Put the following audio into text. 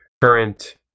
current